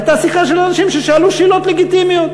הייתה שיחה של אנשים ששאלו שאלות לגיטימיות.